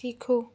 सीखो